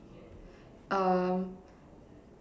um